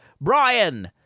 Brian